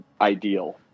ideal